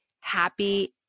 happy